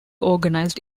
organized